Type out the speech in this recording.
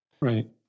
Right